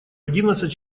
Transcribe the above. одиннадцать